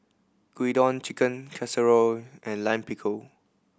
Gyudon Chicken Casserole and Lime Pickle